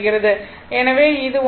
எனவே இது 120 வாட்